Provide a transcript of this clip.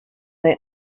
they